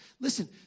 Listen